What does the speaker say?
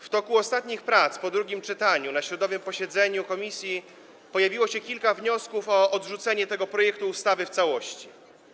W toku ostatnich prac, po drugim czytaniu, na środowym posiedzeniu komisji pojawiło się kilka wniosków o odrzucenie tego projektu ustawy w całości.